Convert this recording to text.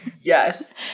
yes